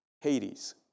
Hades